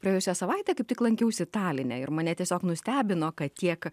praėjusią savaitę kaip tik lankiausi taline ir mane tiesiog nustebino kad tiek